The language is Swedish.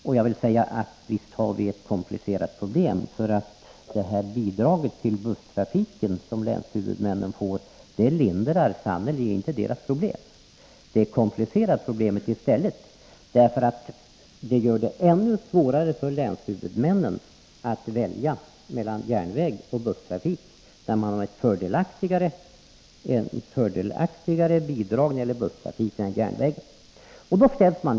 Och visst har vi ett komplicerat problem: bidraget till busstrafiken som länshuvudmännen får lindrar sannerligen inte deras problem, utan det komplicerar i stället problemet, eftersom det gör det ännu svårare för dem att välja mellan järnvägsoch busstrafik. Det hår varit fördelaktigare bidrag till busstrafiken än till järnvägstrafiken.